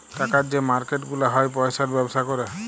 টাকার যে মার্কেট গুলা হ্যয় পয়সার ব্যবসা ক্যরে